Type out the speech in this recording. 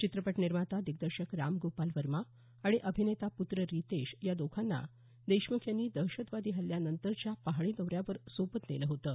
चित्रपट निर्माता दिग्दर्शक रामगोपाल वर्मा आणि अभिनेता पुत्र रितेश या दोघांना देशमुख यांनी दहशतवादी हल्ल्यानंतरच्या पाहणी दौऱ्यावर सोबत नेलं होतं